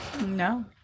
No